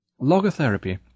Logotherapy